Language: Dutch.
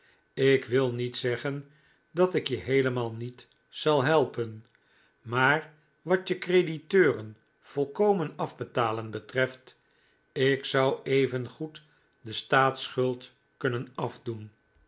ik wil niet zeggen dat ik je heelemaal niet zal helpen maar wat je crediteuren volkomen afbetalen betreft ik zou even goed de staatsschuld kunnen afdoen